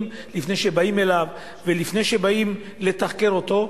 לפני שבאים אליו ולפני שבאים לתחקר אותו,